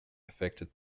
affected